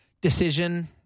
decision